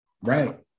Right